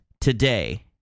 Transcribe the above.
today